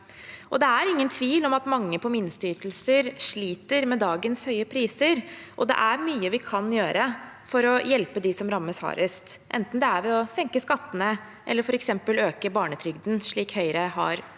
Det er ingen tvil om at mange på minsteytelser sliter med dagens høye priser, og det er mye vi kan gjøre for å hjelpe dem som rammes hardest, enten det er ved å senke skattene eller f.eks. øke barnetrygden, slik Høyre har